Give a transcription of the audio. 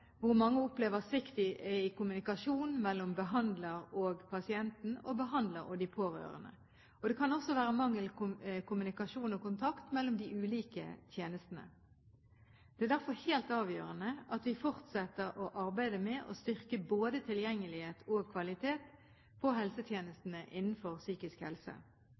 hvor mange opplever svikt, er i kommunikasjonen mellom behandler og pasient og behandler og pårørende, og det kan også være manglende kommunikasjon og kontakt mellom de ulike tjenestene. Det er derfor helt avgjørende at vi fortsetter å arbeide med å styrke både tilgjengelighet og kvalitet på helsetjenestene innenfor psykisk helse.